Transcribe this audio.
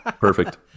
Perfect